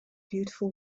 beautiful